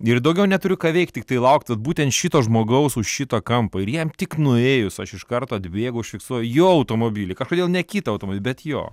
ir daugiau neturiu ką veikt tiktai laukt būtent šito žmogaus už šito kampo ir jam tik nuėjus aš iš karto atbėgu užfiksuoju jo automobilį kažkodėl ne kito automibilį bet jo